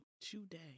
today